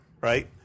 Right